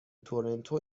تورنتو